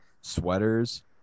sweaters